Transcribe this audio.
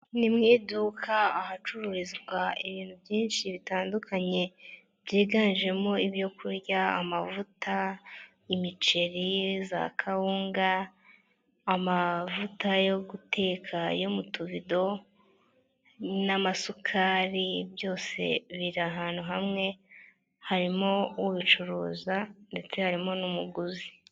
Ni mu iduka ahacururizwa ibintu byinshi bitandukanye, byiganjemo ibyo kurya, amavuta, imiceri, za kawunga, amavuta yo guteka yo mu tuvido n'amasukari byose biri ahantu hamwe, harimo ubicuruza ndetse harimo n'umuguzi.